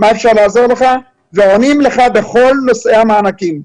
מה אפשר לעזור לך ועונים לך בכל נושאי המענקים,